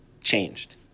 changed